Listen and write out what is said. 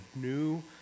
new